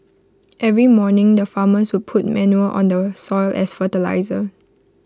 every morning the farmers would put manure on the soil as fertiliser